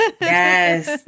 Yes